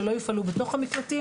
שלא יפעלו בתוך המקלטים.